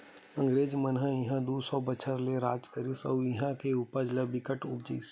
अंगरेज मन इहां दू सौ बछर ले राज करिस अउ इहां के उपज ल बिकट बउरिस